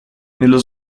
nello